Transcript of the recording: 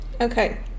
okay